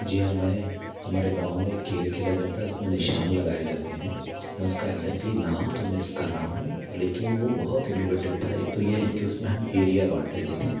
जी हाँ मैं हमारे गाँव में खेल खेला जाता है उसमें निशान लगाए जाते हैं मैं उसका एग्जेक्टली नाम तो मिस कर रहा हूँ लेकिन वह बहुत इन्नोवेटिव था एक तो यह है कि उसमें हम एरिया बाँट लेते थे